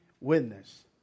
witness